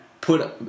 put